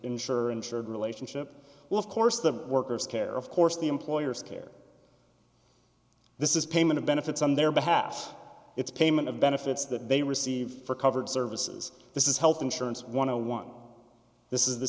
insurer insured relationship well of course the workers care of course the employers care this is payment of benefits on their behalf it's payment of benefits that they receive for covered services this is health insurance one hundred and one this is the